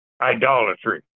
idolatry